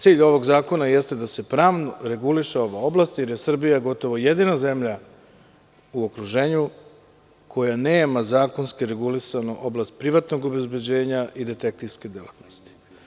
Cilj ovog zakona jeste da se pravno reguliše ova oblast jer je Srbija gotovo jedina zemlja u okruženju koja nema zakonski regulisanu oblast privatnog obezbeđenja i detektivske delatnosti.